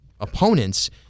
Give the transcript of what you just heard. opponents